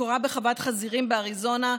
מקורה בחוות חזירים באריזונה,